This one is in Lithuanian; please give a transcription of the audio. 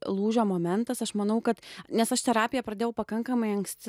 lūžio momentas aš manau kad nes aš terapiją pradėjau pakankamai anksti